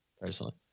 personally